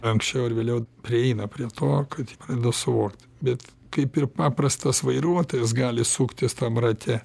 anksčiau ar vėliau prieina prie to kad pradeda suvokt bet kaip ir paprastas vairuotojas gali suktis tam rate